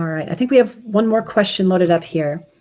i think we have one more question loaded up here.